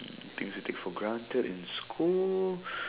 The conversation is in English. things you take for granted in school